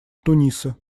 туниса